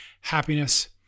happiness